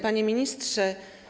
Panie Ministrze!